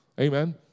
Amen